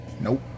Nope